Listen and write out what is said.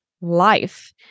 life